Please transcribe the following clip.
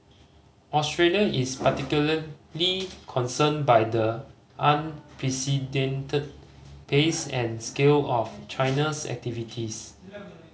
Australia is particularly concerned by the unprecedented pace and scale of China's activities